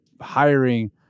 hiring